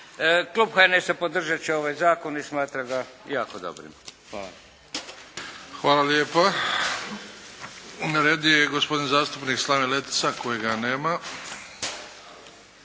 Klub HNS-a podržati će ovaj zakon i smatra ga jako dobrim. Hvala. **Bebić, Luka (HDZ)** Hvala lijepa. Na redu je gospodin zastupnik Slaven Letica kojega nema.